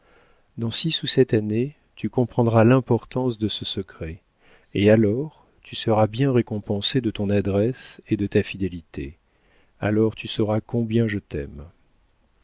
dans six ou sept années tu comprendras l'importance de ce secret et alors tu seras bien récompensé de ton adresse et de ta fidélité alors tu sauras combien je t'aime